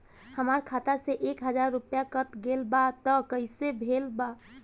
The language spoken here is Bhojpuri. हमार खाता से एक हजार रुपया कट गेल बा त कइसे भेल बा?